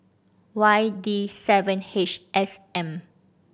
Y D seven H S M